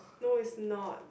no is not